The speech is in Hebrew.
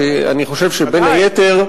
שאני חושב שבין היתר,